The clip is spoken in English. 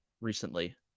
recently